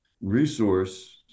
resource